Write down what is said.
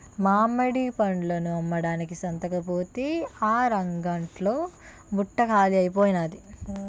మామిడి పళ్ళను అమ్మడానికి సంతకుపోతే అరగంట్లో బుట్ట కాలీ అయిపోనాది